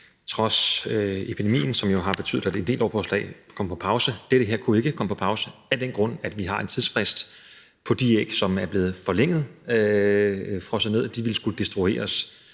trods epidemien, som jo har betydet, at en del lovforslag kom på pause. Det her kunne ikke komme på pause, al den stund at vi har en tidsfrist for de æg, der er frosset ned, og som så ville skulle destrueres.